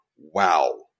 Wow